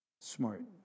smart